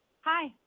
Hi